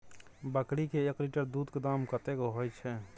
बकरी के एक लीटर दूध के दाम कतेक होय छै?